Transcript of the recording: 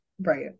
right